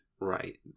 Right